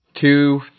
two